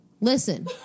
Listen